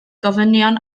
gofynion